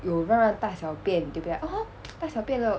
有乱乱大小便 they be like (uh huh) 大小便了